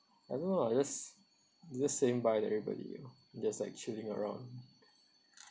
I don't know lah I just you're just saying bye to everybody you know just like chilling around